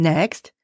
Next